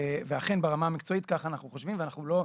ואכן ברמה המקצועית ככה אנחנו חושבים ואנחנו לא,